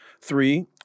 Three